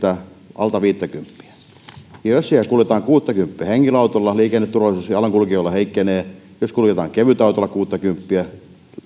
alta viittäkymppiä ja jos siellä kuljetaan kuuttakymppiä henkilöautolla liikenneturvallisuus jalankulkijoilla heikkenee jos kuljetaan kevytautolla kuuttakymppiä